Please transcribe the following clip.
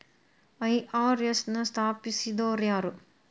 IRS ನ ಸ್ಥಾಪಿಸಿದೊರ್ಯಾರು?